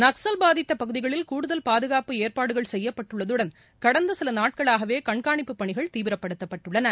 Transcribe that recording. நக்ஸல் பாதித்த பகுதிகளில் கூடுதல் பாதுகாப்பு ஏற்பாடுகள் செய்யப்பட்டுள்ளதுடன் கடந்த சில நாட்களாகவே கண்காணிப்புப் பணிகள் தீவிரப்படுத்தப்பட்டுள்ளன